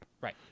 Right